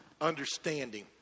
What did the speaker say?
understanding